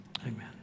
Amen